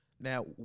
Now